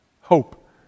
hope